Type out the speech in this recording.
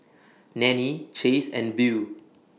Nannie Chace and Beau